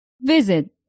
Visit